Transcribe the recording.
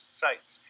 sites